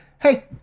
Hey